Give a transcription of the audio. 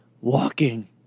walking